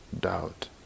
doubt